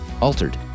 altered